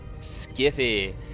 Skiffy